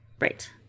Right